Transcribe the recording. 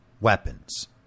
weapons